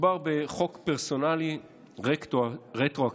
מדובר בחוק פרסונלי רטרואקטיבי.